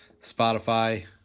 Spotify